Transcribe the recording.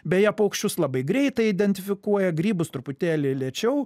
beje paukščius labai greitai identifikuoja grybus truputėlį lėčiau